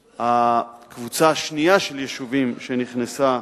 הקבוצה השנייה של יישובים כבר נכנסה